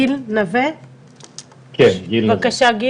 בבקשה.